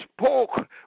spoke